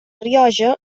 rioja